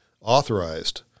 authorized